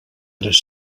tres